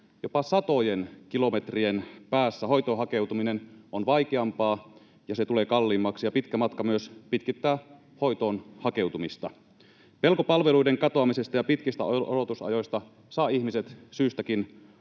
jopa satojen kilometrien päässä, hoitoon hakeutuminen on vaikeampaa ja se tulee kalliimmaksi, ja pitkä matka myös pitkittää hoitoon hakeutumista. Pelko palveluiden katoamisesta ja pitkistä odotusajoista saa ihmiset syystäkin